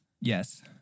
Yes